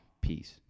Peace